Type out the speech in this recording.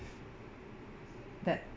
that